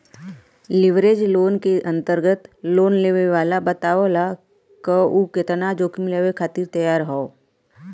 leverage loan क अंतर्गत loan लेवे वाला बतावला क उ केतना जोखिम लेवे खातिर तैयार हौ